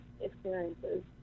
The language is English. experiences